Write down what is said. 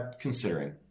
considering